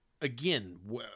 again